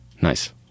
Nice